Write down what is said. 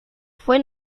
fue